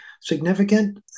significant